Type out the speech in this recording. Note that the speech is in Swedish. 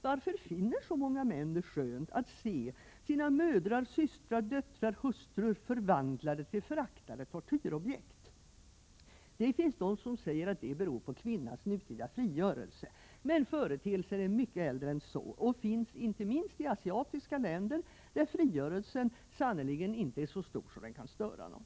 Varför finner så många män det skönt att se sina mödrar, systrar, döttrar, hustrur förvandlade till föraktade tortyrobjekt? Det finns de som säger att detta beror på kvinnans nutida frigörelse, men företeelsen är mycket äldre än så. Den finns inte minst i asiatiska länder, där frigörelsen sannerligen inte är så stor att den kan störa någon.